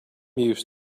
used